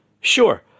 sure